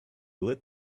lit